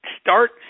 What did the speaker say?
Start